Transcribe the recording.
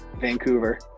Vancouver